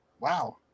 wow